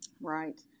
right